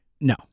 No